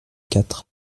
quatre